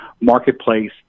marketplace